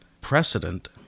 precedent